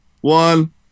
one